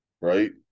Right